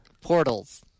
portals